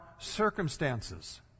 Circumstances